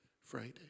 Friday